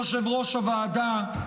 יושב-ראש הוועדה,